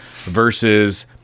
versus